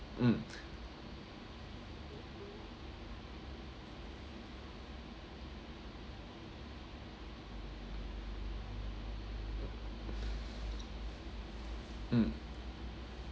mm mm